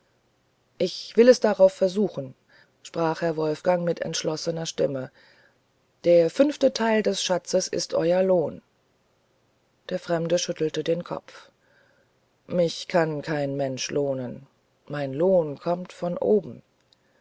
ich will es darauf versuchen sprach herr wolfgang mit entschloßner stimme der fünfte teil des schatzes ist euer lohn der fremde schüttelte den kopf mich kann kein mensch lohnen mein lohn kommt von oben